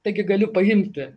taigi galiu paimti